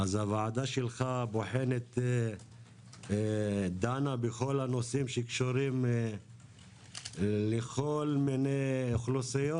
הוועדה שלך דנה בכל הנושאים שקשורים לכל מיני אוכלוסיות.